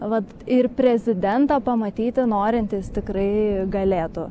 vat ir prezidentą pamatyti norintys tikrai galėtų